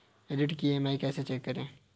ऋण की ई.एम.आई कैसे चेक करें?